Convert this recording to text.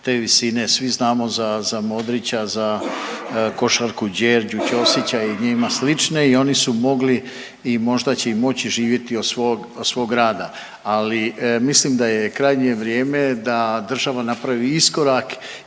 svi znamo za Modrića, za košarku, Gjergju, Ćosića i njima slične i oni su mogli i možda će i moći živjeti od svog rada. Ali, mislim da je krajnje vrijeme da država napravi iskorak